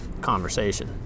conversation